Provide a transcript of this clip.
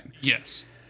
yes